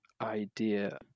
idea